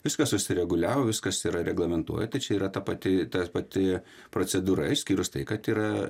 viskas susireguliavo viskas yra reglamentuoja tai čia yra ta pati ta pati procedūra išskyrus tai kad yra